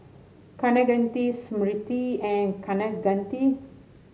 Kaneganti Smriti and Kaneganti